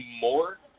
more